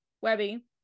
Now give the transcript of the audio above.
Webby